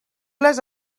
les